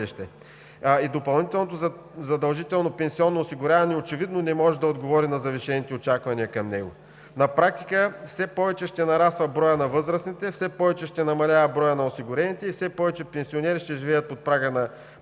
И допълнителното задължително пенсионно осигуряване очевидно не може да отговори на завишените очаквания към него. На практика все повече ще нараства броят на възрастните, все повече ще намалява броят на осигурените и все повече пенсионери ще живеят под прага на бедността,